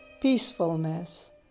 peacefulness